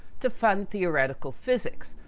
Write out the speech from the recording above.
to fund theoretical physics.